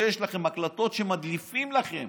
כשיש לכם הקלטות שמדליפים לכם